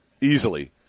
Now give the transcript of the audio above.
Easily